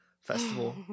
Festival